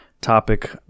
Topic